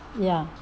ya